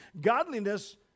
Godliness